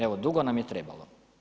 Evo, dugo nam je trebalo.